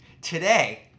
Today